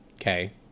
Okay